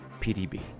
PDB